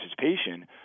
participation